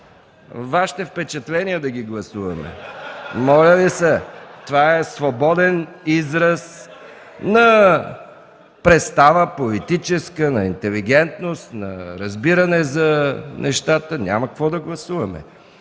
Вашите впечатления да гласуваме. (Смях отляво.) Моля Ви се, това е свободен израз на представа – политическа, на интелигентност, на разбиране за нещата. Няма какво да гласуваме.